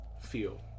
feel